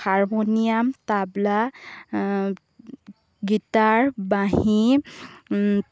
harmonium tabla guitar Banhi